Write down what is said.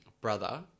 Brother